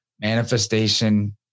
manifestation